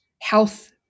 health